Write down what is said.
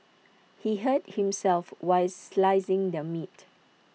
he hurt himself while slicing the meat